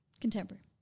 Contemporary